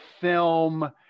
film